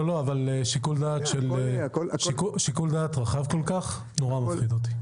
לא, אבל שיקול דעת רחב כל-כך מאוד מפחיד אותי.